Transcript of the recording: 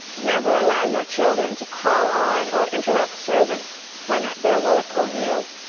never allow your children to call on or interrupt servants when at their work or meals,